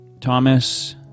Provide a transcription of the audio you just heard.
Thomas